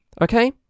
okay